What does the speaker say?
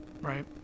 Right